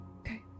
Okay